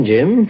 Jim